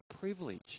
privilege